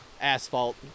asphalt